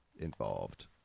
involved